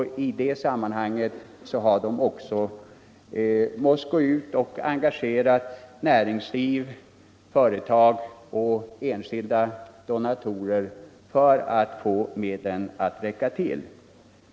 För att klara ekonomin har de måst gå ut och engagera näringsliv, företag och enskilda donatorer för att få medlen att räcka till.